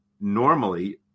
normally